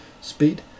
speed